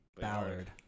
Ballard